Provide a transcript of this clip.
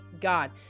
God